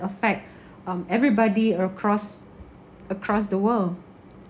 affect um everybody across across the world